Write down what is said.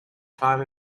climb